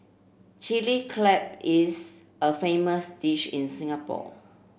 Chilli Crab is a famous dish in Singapore